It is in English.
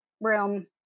room